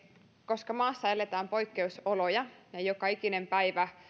koska maassa eletään poikkeusoloja ja joka ikinen päivä